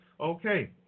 okay